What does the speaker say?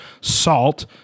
salt